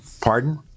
Pardon